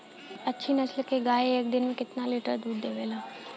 अच्छी नस्ल क गाय एक दिन में केतना लीटर दूध देवे ला?